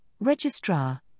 registrar